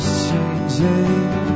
changing